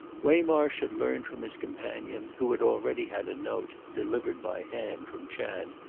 waymarsh had learned from his companion, who had already had a note, delivered by hand, from chad,